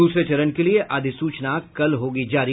दूसरे चरण के लिए अधिसूचना कल होगी जारी